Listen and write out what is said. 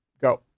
Go